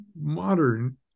modern